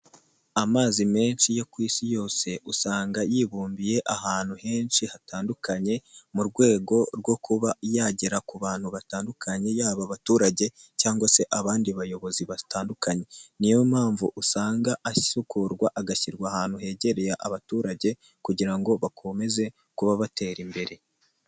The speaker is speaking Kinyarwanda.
Amazi menshi yo ku isi yose usanga yibumbiye ahantu henshi hatandukanye, mu rwego rwo kuba yagera ku bantu batandukanye yaba abaturage cyangwa se abandi bayobozi batandukanye, niyo mpamvu usanga asukurwa agashyirwa ahantu hegereye abaturage kugira ngo bakomeze kuba batera imbere.